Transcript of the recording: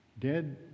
Dead